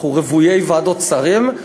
אנחנו רוויי ועדות שרים.